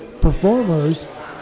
performers